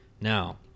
Now